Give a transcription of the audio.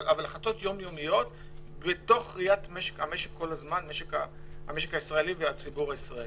אבל החלטות יום-יומיות מתוך ראיית המשק הישראלי והציבור ישראלי.